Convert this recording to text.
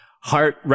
heart